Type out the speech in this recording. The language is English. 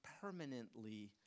permanently